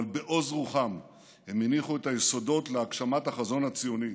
אבל בעוז רוחם הם הניחו את היסודות להגשמת החזון הציוני,